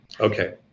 okay